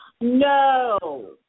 No